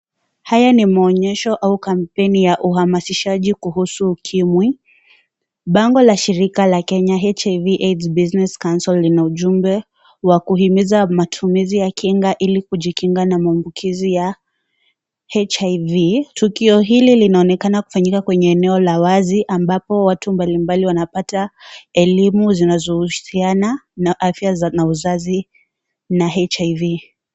Haya ni maonyesho au kampeni ya uahamashizaji kuhusu ukimwi. Bango la shirika la Kenya HIV/AIDS Business council ,lina ujumbe wa kuhimisha matumizi ya kinga ili kujikinga na maambukizi ya HIV.Tukio hili linaonekana kufanyika kwenye eneo la wazi, ambapo watu mbalimbali wanapata, elimu zinazohusiana na afya na uzazi na HIV.